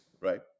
right